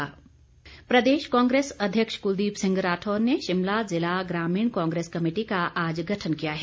कार्यकारिणी प्रदेश कांग्रेस अध्यक्ष कुलदीप सिंह राठौर ने शिमला ज़िला ग्रामीण कांग्रेस कमेटी का आज गठन किया है